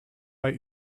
bei